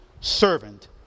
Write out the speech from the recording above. servant